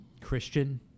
Christian